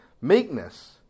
meekness